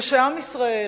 כשעם ישראל